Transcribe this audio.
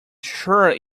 sure